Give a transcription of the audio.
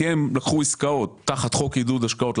כי הם לקחו עסקאות תחת חוק עידוד השקעות,